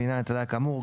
ולעניין התליה כאמור,